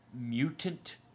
mutant